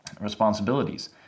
responsibilities